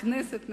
כנסת נכבדה,